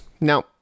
now